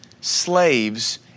slaves